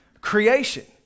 creation